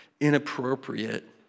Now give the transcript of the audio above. inappropriate